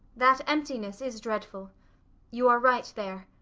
that emptiness is dreadful you are right there.